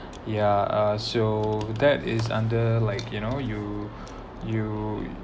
ya uh so that is under like you know you you you